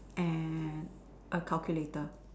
and a calculator